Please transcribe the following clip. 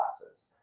classes